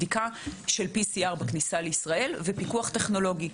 אנחנו מדברים גם על בדיקה של PCR בכניסה לישראל וגם על פיקוח טכנולוגי,